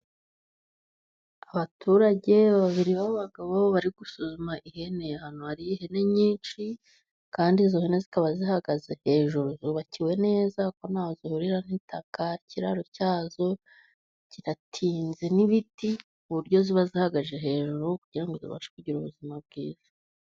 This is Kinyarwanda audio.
Abaturage babiri b'abagabo, bari gusuzuma ihene, ahantu hari ihene nyinshi kandi izo hene zikaba zihagaze hejuru, zubakiwe neza, kuko nta ho zihurira n'itaka, ikiraro cya zo kiratinze n'ibiti ku buryo ziba zihagaze hejuru, kugira ngo zibashe kugira ubuzima bwiza.